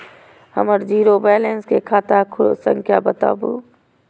हमर zero balance के खाता संख्या बतबु?